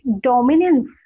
dominance